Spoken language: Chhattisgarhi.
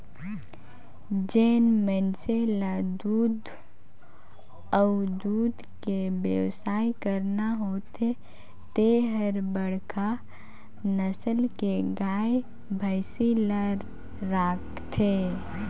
जेन मइनसे ल दूद अउ दूद के बेवसाय करना होथे ते हर बड़खा नसल के गाय, भइसी ल राखथे